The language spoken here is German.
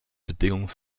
bedingung